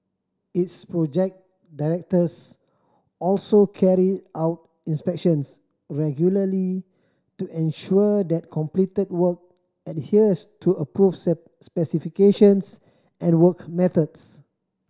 its project directors also carry out inspections regularly to ensure that completed work adheres to approved specifications and work methods